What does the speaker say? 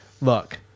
look